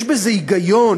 יש בזה היגיון,